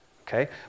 okay